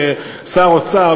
שר אוצר,